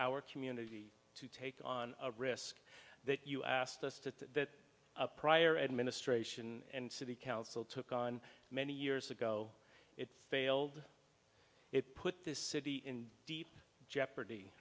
our community to take on a risk that you asked us to that a prior administration and city council took on many years ago it failed it put this city in deep jeopardy